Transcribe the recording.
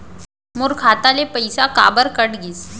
मोर खाता ले पइसा काबर कट गिस?